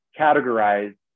categorize